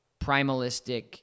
primalistic